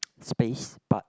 space but